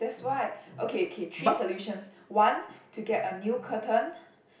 that's why okay okay three solutions one to get a new curtain